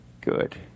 Good